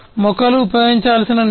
మొక్కలు ఉపయోగించాల్సిన నేల